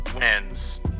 wins